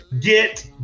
get